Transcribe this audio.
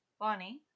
Bonnie